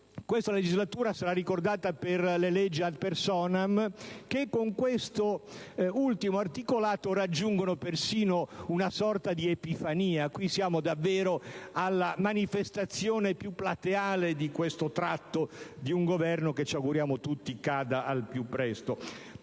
questa legislatura sarà ricordata per le leggi *ad personam* che con questo ultimo articolato raggiungono persino una sorta di epifania. Siamo davvero alla manifestazione più plateale di questo tratto di un Governo che ci auguriamo tutti cada al più presto.